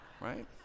right